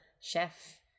chef